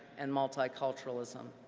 and multi-culturalism.